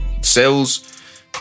sales